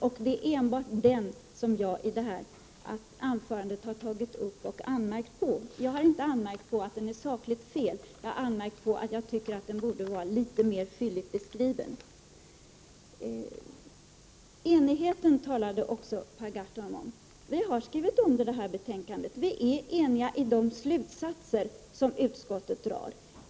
Det är enbart detta som jag har tagit upp och anmärkt på i mitt anförande. Jag har inte anmärkt på beskrivningen därför att den skulle vara sakligt felaktig utan därför att den borde vara litet mer fyllig. Per Gahrton talade också om enigheten. Vi har skrivit under hemställan i det här betänkandet. Vi är eniga om de slutsatser som utskottet drar.